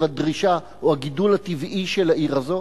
הדרישה או הגידול הטבעי של העיר הזאת,